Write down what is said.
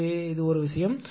எனவே இது ஒரு விஷயம்